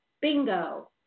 bingo